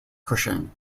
cushing